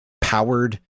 powered